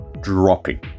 dropping